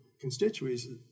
constituencies